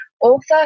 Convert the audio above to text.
author